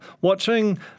Watching